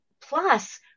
plus